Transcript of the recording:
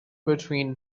between